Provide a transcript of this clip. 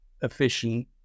efficient